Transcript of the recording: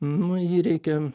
nu jį reikia